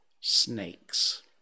snakes